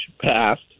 passed